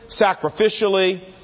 sacrificially